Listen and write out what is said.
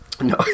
No